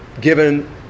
given